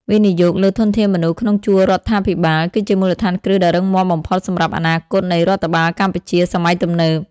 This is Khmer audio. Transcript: វិនិយោគលើធនធានមនុស្សក្នុងជួររដ្ឋាភិបាល គឺជាមូលដ្ឋានគ្រឹះដ៏រឹងមាំបំផុតសម្រាប់អនាគតនៃរដ្ឋបាលកម្ពុជាសម័យទំនើប។